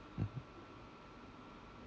mmhmm